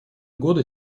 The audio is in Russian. года